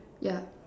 yeah